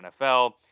NFL